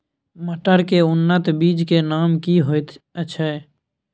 मटर के उन्नत बीज के नाम की होयत ऐछ?